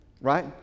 Right